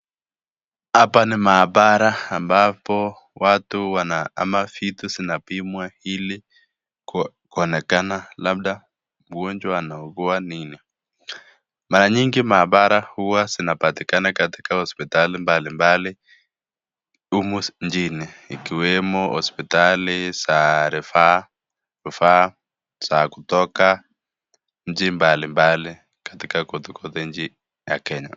Hapa ni maabara ambapo watu wana, ama vitu ama vinapimwa ili kuonekana, labda mgonjwa anaugua nini, mara nyingi maabara huwa zinapatikana katika hospitali humu nchini, ikiwemo hospitali za refer za kutoka nchi mbalimbali katika kote nchi ya Kenya.